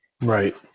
Right